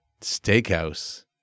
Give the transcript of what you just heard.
Steakhouse